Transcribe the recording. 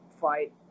fight